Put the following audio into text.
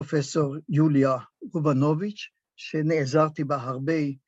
‫פרופ' יוליה רובנוביץ', ‫שנעזרתי בה הרבה.